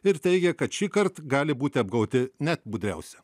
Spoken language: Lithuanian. ir teigia kad šįkart gali būti apgauti net budriausi